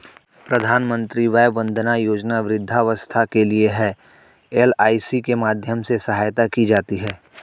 प्रधानमंत्री वय वंदना योजना वृद्धावस्था के लिए है, एल.आई.सी के माध्यम से सहायता की जाती है